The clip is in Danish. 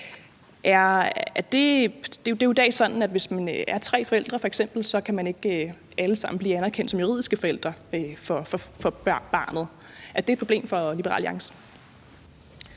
Det er jo i dag sådan, at hvis man f.eks. er tre forældre, kan man ikke alle sammen blive anerkendt som juridiske forældre for barnet. Er det et problem for Liberal Alliance?